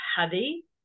heavy